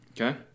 Okay